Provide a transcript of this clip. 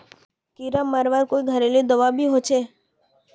कीड़ा मरवार कोई घरेलू दाबा भी होचए?